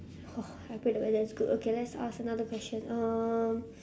!wah! I pray the weather is good okay let's ask another question um